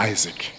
Isaac